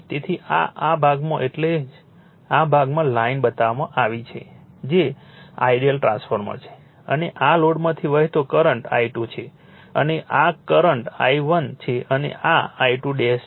તેથી આ આ ભાગમાં એટલે જ આ ભાગમાં લાઇન બતાવવામાં આવી છે જે આઇડીઅલ ટ્રાન્સફોર્મર છે અને આ લોડમાંથી વહેતો કરંટ I2 છે અને આ કરંટ I1 છે અને આ I2 છે